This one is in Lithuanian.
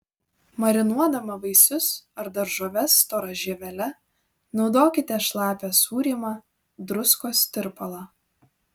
marinuodama vaisius ar daržoves stora žievele naudokite šlapią sūrymą druskos tirpalą